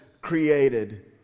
created